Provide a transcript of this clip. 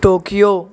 Tokyo